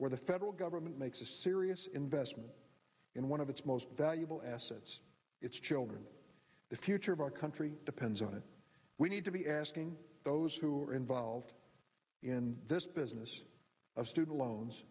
where the federal government makes a serious investment in one of its most valuable assets its children the future of our country depends on it we need to be asking those who are involved in this business of student